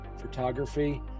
photography